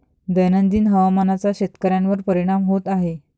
दैनंदिन हवामानाचा शेतकऱ्यांवर परिणाम होत आहे